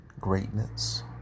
Greatness